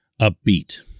upbeat